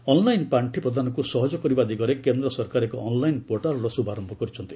online ପାଣ୍ଡି ପ୍ରଦାନକୁ ସହଜ କରିବା ଦିଗରେ କେନ୍ଦ୍ର ସରକାର ଏକ ଅନ୍ଲାଇନ୍ ପୋର୍ଟାଲ୍ର ଶୁଭାରମ୍ଭ କରିଛନ୍ତି